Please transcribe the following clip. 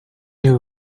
you